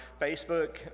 Facebook